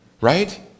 Right